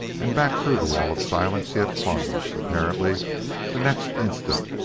and back through the wall of silence he had plunged, apparently the next instant,